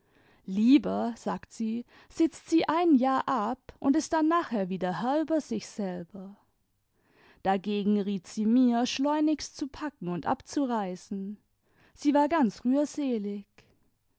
lieber sagt sie sitzt sie ein jahr ab und ist dann nachher wieder herr über sich selber dagegen riet sie mir schleunigst zu padken und abzureisen sie war ganz rührselig